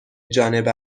جانب